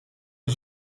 een